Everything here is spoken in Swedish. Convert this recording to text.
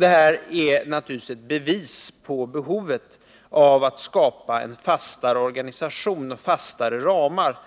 Detta är naturligtvis ett bevis på behovet att skapa en fastare organisation, fastare ramar